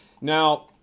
Now